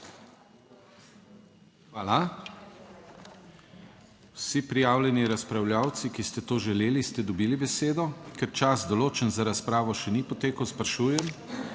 Hvala. Vsi prijavljeni razpravljavci, ki ste to želeli, ste dobili besedo. Ker čas določen za razpravo, še ni potekel, sprašujem,